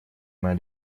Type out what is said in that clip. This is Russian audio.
моя